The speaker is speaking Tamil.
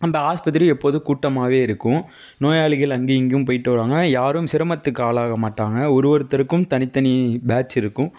அந்த ஆஸ்பத்திரி எப்போதும் கூட்டமாகவே இருக்கும் நோயாளிகள் அங்கேயும் இங்கேயும் போய்ட்டு வருவாங்க யாரும் சிரமத்துக்கு ஆளாக மாட்டாங்க ஒரு ஒருத்தருக்கும் தனி தனி பேட்ச் இருக்கும்